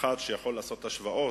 וכאחד שיכול לעשות השוואות,